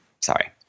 sorry